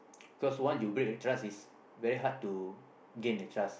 cos once you break the trust it's very hard to gain the trust